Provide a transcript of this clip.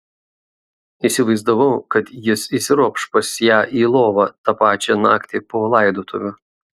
įsivaizdavau kad jis įsiropš pas ją į lovą tą pačią naktį po laidotuvių